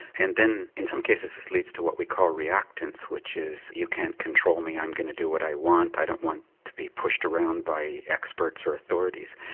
and then in some cases this leads to what we call reactance, which is you can't control me i'm going to do what i want, i don't want to be pushed around by experts or authorities.